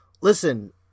listen